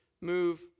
move